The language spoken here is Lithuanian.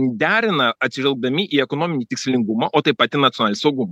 derina atsižvelgdami į ekonominį tikslingumą o taip pat į nacionalinį saugumą